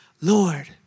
Lord